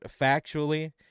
factually